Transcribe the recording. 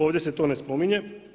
Ovdje se to ne spominje.